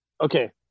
Okay